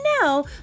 now